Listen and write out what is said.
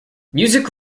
music